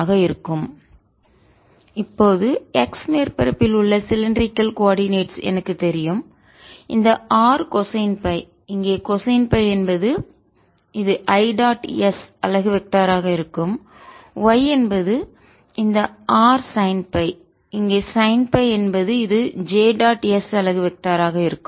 srdϕdz இப்போது X மேற்பரப்பில் உள்ள சிலிண்டரிகள் கோர்டினட்ஸ் எனக்குத் தெரியும் இந்த R கொசைன் Φ இங்கே கொசைன் Φ என்பது இது i டாட் sஅலகு வெக்டர் ஆக இருக்கும் y என்பது இந்த R சைன் Φ இங்கே சைன் Φ என்பது இது j டாட் sஅலகு வெக்டர் ஆக இருக்கும்